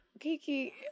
Kiki